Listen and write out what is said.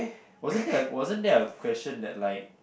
wasn't that a wasn't that a question that like